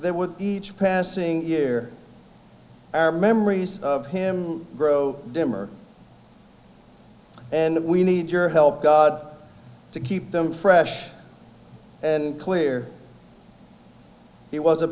with each passing year our memories of him grow dimmer and we need your help god to keep them fresh and clear he was a